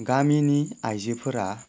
गामिनि आइजोफोरा